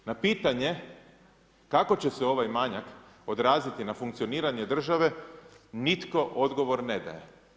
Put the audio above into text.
Na pitanje kako će se ovaj manjak odraziti na funkcioniranje države, nitko odgovor ne daje.